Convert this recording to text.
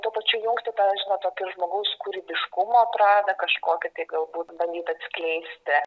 tuo pačiu jungti tą žinot tokį žmogaus kūrybiškumo pradą kažkokį galbūt bandyt atskleisti